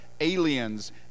aliens